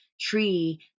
tree